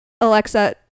alexa